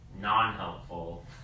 non-helpful